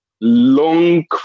long